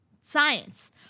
science